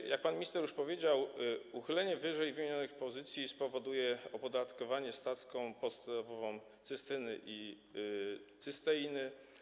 Jak już pan minister powiedział, uchylenie ww. pozycji spowoduje opodatkowanie stawką podstawową cystyny i cysteiny.